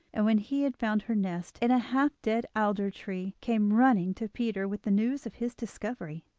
and when he had found her nest in a half-dead alder tree, came running to peter with the news of his discovery.